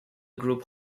group